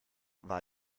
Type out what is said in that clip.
war